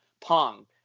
Pong